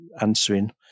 answering